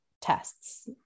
tests